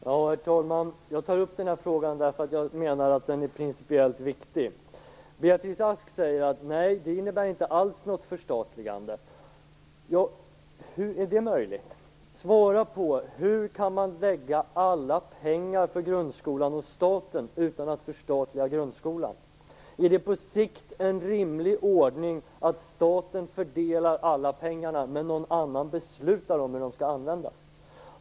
Herr talman! Jag tar upp denna fråga därför att jag menar att den är principiellt viktig. Beatrice Ask säger att det inte innebär något förstatligande. Hur är det möjligt? Svara på frågan: Hur kan man lägga alla pengar för grundskolan hos staten utan att förstatliga grundskolan? Är det på sikt en rimlig ordning att staten fördelar alla pengar men att någon annan fattar beslut om hur de skall användas?